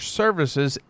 services